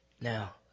Now